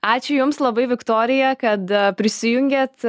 ačiū jums labai viktorija kad prisijungėt